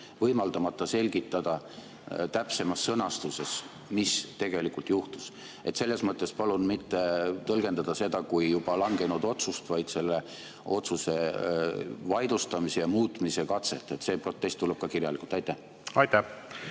võimaldamata selgitada täpsemas sõnastuses, mis tegelikult juhtus. Selles mõttes palun mitte tõlgendada seda kui juba langenud otsust, vaid selle otsuse vaidlustamise ja muutmise katset. See protest tuleb ka kirjalikult. Jah,